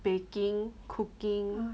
baking cooking